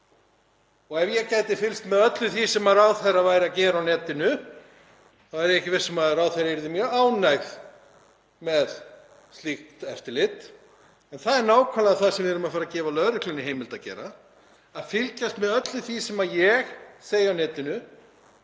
Ef ég gæti fylgst með öllu því sem ráðherra er að gera á netinu er ég ekki viss um að ráðherra yrði mjög ánægð með slíkt eftirlit. En það er nákvæmlega það sem við erum að fara að gefa lögreglunni heimild til að gera, að fylgjast með öllu því sem ég segi á netinu,